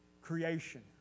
creation